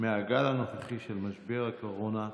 מהגל הנוכחי של משבר הקורונה,